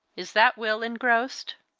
is that will engrossed?